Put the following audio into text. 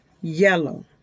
yellow